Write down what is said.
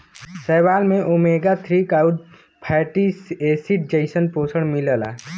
शैवाल में omega three आउर फैटी एसिड जइसन पोषण मिलला